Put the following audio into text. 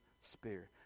spirit